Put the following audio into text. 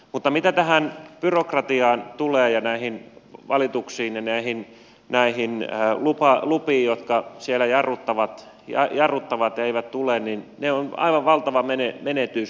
mutta mitä tulee tähän byrokratiaan ja näihin valituksiin ja näihin lupiin jotka siellä jarruttavat eivät tule niin se on aivan valtava menetys